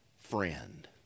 friend